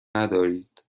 ندارید